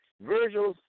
Virgil's